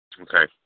Okay